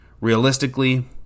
Realistically